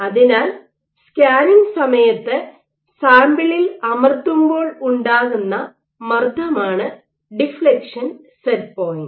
അതിനാൽ സ്കാനിങ്ങ് സമയത്ത് സാമ്പിളിൽ അമർത്തുമ്പോൾ ഉണ്ടാകുന്ന മർദ്ദമാണ് ഡിഫ്ലക്ഷൻ സെറ്റ് പോയിന്റ്